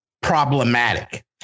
problematic